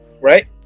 right